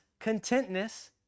contentness